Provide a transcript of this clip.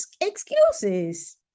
excuses